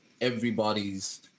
everybody's